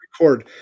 record